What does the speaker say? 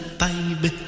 baby